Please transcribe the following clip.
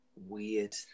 Weird